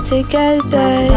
Together